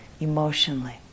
emotionally